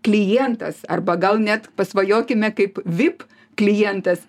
klientas arba gal net pasvajokime kaip vip klientas